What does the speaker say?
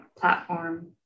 platform